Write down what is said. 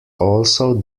also